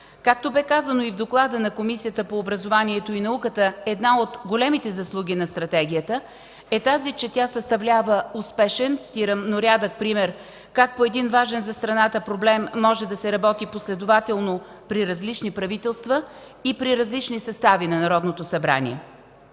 Както бе казано и в доклада на Комисията по образованието и науката една от големите заслуги на Стратегията е тази, че „тя съставлява успешен – цитирам – но рядък пример как по един важен за страната проблем може да се работи последователно при различни правителства, и при различни състави на Народното събрание”.